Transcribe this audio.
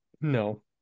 No